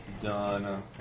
done